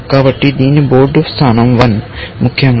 కాబట్టి దీని బోర్డు స్థానం 1 ముఖ్యంగా